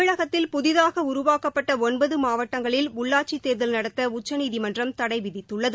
தமிழகத்தில் புதிதாக உருவாக்கப்பட்ட ஒன்பது மாவட்டங்களில் உள்ளாட்சித் தேர்தல் நடத்த உச்சநீதிமன்றம் தடை விதித்துள்ளது